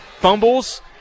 fumbles